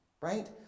Right